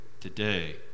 today